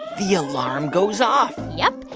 the alarm goes off yup.